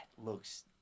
looks